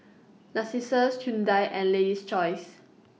Narcissus Hyundai and Lady's Choice